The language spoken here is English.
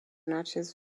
naches